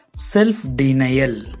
Self-Denial